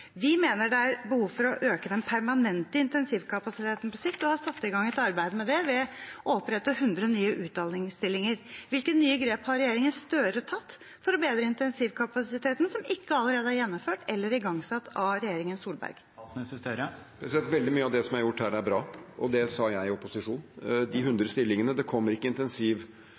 Vi mener det er behov for å øke den permanente intensivkapasiteten på sikt og har satt i gang et arbeid med det ved å opprette 100 nye utdanningsstillinger. Hvilke nye grep har Støre-regjeringen tatt for å bedre intensivkapasiteten, som ikke allerede er gjennomført eller igangsatt av Solberg-regjeringen? Veldig mye av det som er gjort her, er bra, og det sa jeg i opposisjon. Til de 100 stillingene: Det kommer ikke